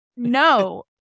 No